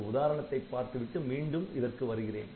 ஒரு உதாரணத்தை பார்த்துவிட்டு மீண்டும் இதற்கு வருகிறேன்